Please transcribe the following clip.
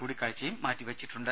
കൂടിക്കാഴ്ച്ചയും മാറ്റിവെച്ചിട്ടുണ്ട്